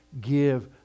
give